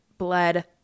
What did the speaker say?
bled